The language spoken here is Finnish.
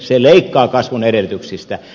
se leikkaa kasvun edellytyksistä